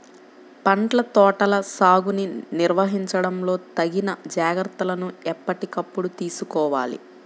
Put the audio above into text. పండ్ల తోటల సాగుని నిర్వహించడంలో తగిన జాగ్రత్తలను ఎప్పటికప్పుడు తీసుకోవాలి